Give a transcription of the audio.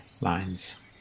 Lines